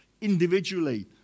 individually